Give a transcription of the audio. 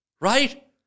Right